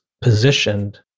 positioned